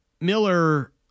Miller